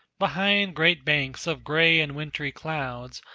behind great banks of gray and wintry clouds,